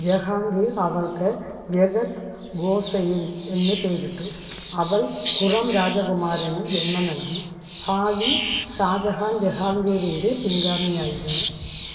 ജഹാങ്കീർ അവൾക്ക് ജഗത് ഗോസെയ്ൻ എന്ന് പേരിട്ടു അവൾ ഖുറം രാജകുമാരന് ജന്മം നൽകി ഭാവി ഷാജഹാൻ ജഹാങ്കീറിന്റെ പിൻഗാമിയായിരുന്നു